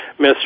Mr